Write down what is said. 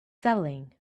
selling